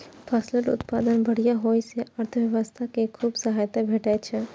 फसलक उत्पादन बढ़िया होइ सं अर्थव्यवस्था कें खूब सहायता भेटै छै